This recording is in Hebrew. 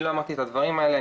אני לא אמרתי את הדברים האלה.